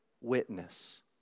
witness